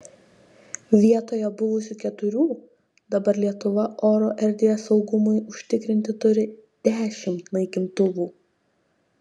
vietoje buvusių keturių dabar lietuva oro erdvės saugumui užtikrinti turi dešimt naikintuvų